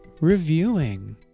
reviewing